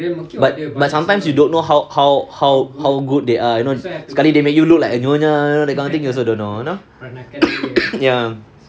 but but sometimes you don't know how how how good they are sekali they make you look like a nyonya you know that kind of thing you also don't know ya